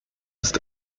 ist